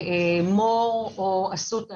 למור או אסותא